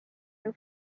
your